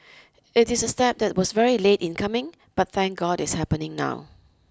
it is a step that was very late in coming but thank God it's happening now